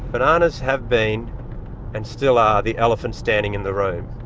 bananas have been and still are the elephant standing in the room.